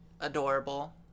adorable